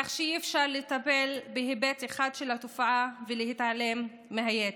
כך שאי-אפשר לטפל בהיבט אחד של התופעה ולהתעלם מהיתר.